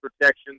protection